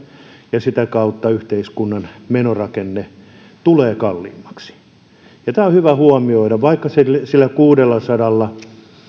ja sitä kautta yhteiskunnan menorakenne tulee kalliimmaksi tämä on hyvä huomioida vaikka sillä kuudellasadalla